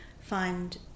find